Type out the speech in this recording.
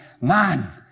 man